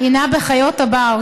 הינה בחיות הבר,